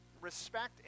respect